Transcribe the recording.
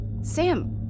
Sam